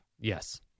Yes